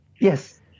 Yes